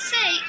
Say